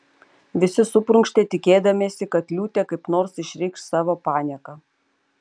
visi suprunkštė tikėdamiesi kad liūtė kaip nors išreikš savo panieką